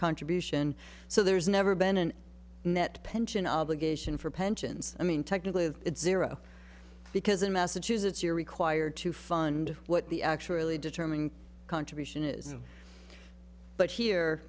contribution so there's never been an net pension obligation for pensions i mean technically it's zero because in massachusetts you're required to fund what the actually determining contribution is but here